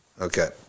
Okay